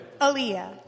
Aaliyah